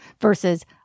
versus